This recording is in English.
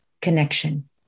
connection